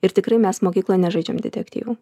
ir tikrai mes mokykloj nežaidžiam detektyvų